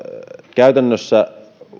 käytännössä